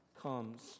comes